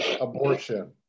abortion